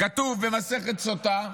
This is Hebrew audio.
כתוב במסכת סוטה: